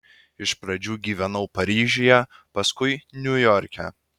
iš pradžių gyvenau paryžiuje paskui niujorke